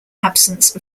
absence